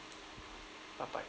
bye bye